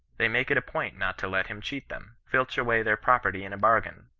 they make it a point not to let him cheat them, filch away their property in a bargain,